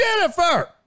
Jennifer